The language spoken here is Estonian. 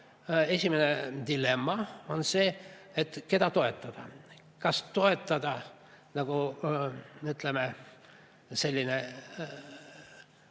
esimene dilemma see, et keda toetada. Kas toetada, nagu on, ütleme, selline